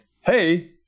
Hey